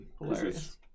Hilarious